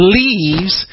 leaves